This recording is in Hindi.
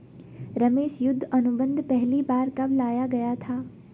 रमेश युद्ध अनुबंध पहली बार कब लाया गया था?